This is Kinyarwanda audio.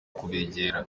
kubegera